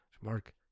Mark